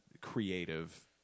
creative